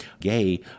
gay